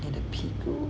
你的屁股